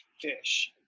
fish